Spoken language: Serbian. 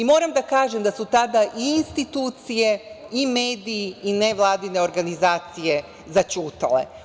Moram da kažem da su tada i institucije i mediji i nevladine organizacije zaćutale.